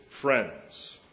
friends